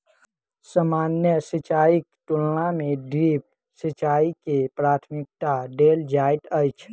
सामान्य सिंचाईक तुलना मे ड्रिप सिंचाई के प्राथमिकता देल जाइत अछि